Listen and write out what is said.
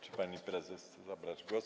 Czy pani prezes chce zabrać głos?